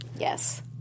Yes